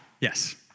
yes